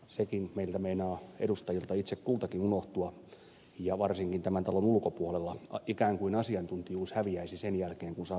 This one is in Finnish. sekin meiltä meinaa edustajilta itse kultakin unohtua ja varsinkin tämän talon ulkopuolella ikään kuin asiantuntijuus häviäisi sen jälkeen kun saa valtakirjan kansanedustajaksi